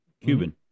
Cuban